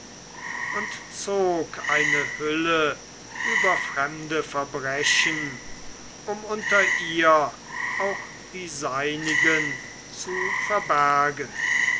und zog eine hülle über fremde verbrechen um unter ihr auch die seinigen zu verbergen